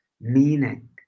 meaning